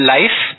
Life